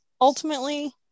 ultimately